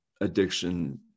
addiction